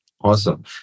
Awesome